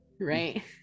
right